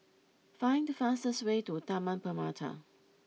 find the fastest way to Taman Permata